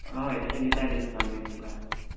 हय तशे दिता डिसकावंट बी तुमकां